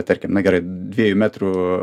tarkim na gerai dviejų metrų